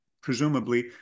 presumably